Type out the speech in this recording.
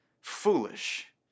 Foolish